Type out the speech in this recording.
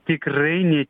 tikrai ne